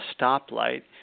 stoplight